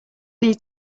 need